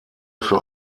für